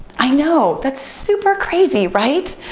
i know, that's super crazy, right?